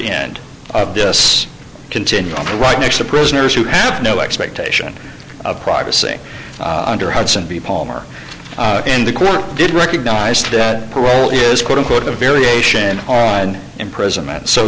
end of this continuum for right next to prisoners who have no expectation of privacy under hudson be palmer in the court did recognise that parole is quote unquote a variation on imprisonment so